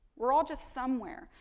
we're all just somewhere.